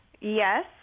Yes